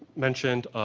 mentioned,